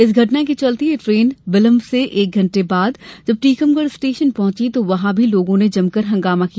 इस घटना के चलते यह ट्रेन बिलंब से एक घंटे बाद जब टीकमगढ़ स्टेशन पहुंची तो वहां भी लोगों ने जमकर हंगामा किया